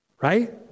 Right